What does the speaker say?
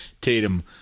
Tatum